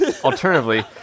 alternatively